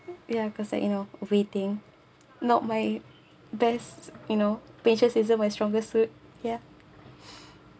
ya cause like you know waiting not my best you know patience isn't my strongest suit ya